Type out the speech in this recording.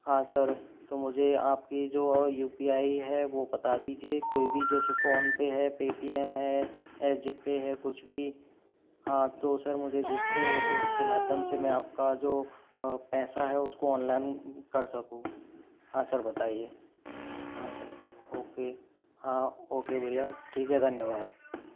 हाँ सर तो मुझे आपकी जो यू पी आई है वो बता दीजिए कोई भी जैसे फ़ोन पे है पेटीएम है ऐज पे है कुछ भी हाँ तो सर मुझे उसके माध्यम से मैं आपका जो पैसा है उसको ऑनलाइन कर सकूँ हाँ सर बताइए हाँ सर ओके हाँ ओके भईया ठीक है धन्यवाद